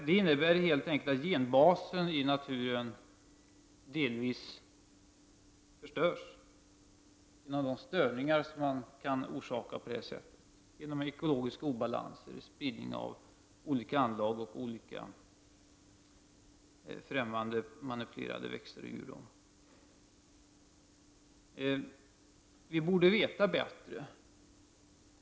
Det innebär helt enkelt att genbasen i naturen delvis förstörs genom de störningar som kan orsakas på det sättet, genom ekologiska obalanser och genom spridning av olika anlag och olika främmande manipulerade växter och djur. Vi borde veta bättre!